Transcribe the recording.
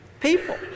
people